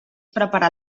preparar